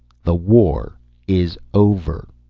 the war is over.